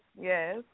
Yes